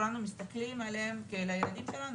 כולנו מסתכלים עליהם כאל הילדים שלנו,